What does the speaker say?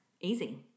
Easy